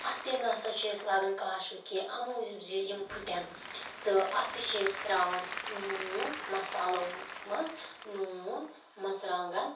اتھ تہِ نَہ سا چھِ أسۍ لاگان کاشۄٕ کیٚنٛہہ اَمہِ موٗجوٗب زِ یِم پھٕٹیٚن تہٕ اتھ تہِ چھِ أسۍ ترٛاوان نوٗن مَصالو مَنٛز نوٗن مَرژٕوانٛگن